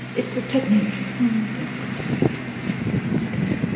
it's the technique, i guess that's the skill.